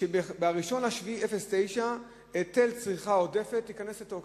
שב-1 ביולי 2009 היטל צריכה עודפת ייכנס לתוקף.